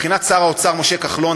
מבחינת שר האוצר משה כחלון,